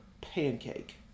pancake